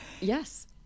Yes